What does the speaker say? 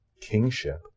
kingship